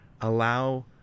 allow